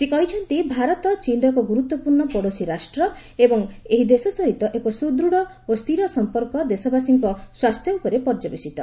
ସେ କହିଛନ୍ତି ଭାରତ ଚୀନ୍ର ଏକ ଗୁରୁତ୍ୱପୂର୍ଣ୍ଣ ପଡ଼ୋଶୀ ରାଷ୍ଟ୍ର ଏବଂ ଏହି ଦେଶ ସହିତ ଏକ ସୁଦୃଢ଼ ଓ ସ୍ଥିର ସମ୍ପର୍କ ଦେଶବାସୀଙ୍କ ସ୍ୱାସ୍ଥ୍ୟ ଉପରେ ପର୍ଯ୍ୟବେଶିତ